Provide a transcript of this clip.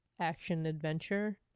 action-adventure